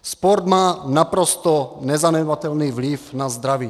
Sport má naprosto nezanedbatelný vliv na zdraví.